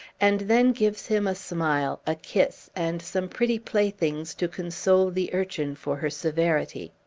and then gives him a smile, a kiss, and some pretty playthings to console the urchin for her severity.